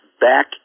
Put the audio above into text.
back